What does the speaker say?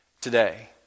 today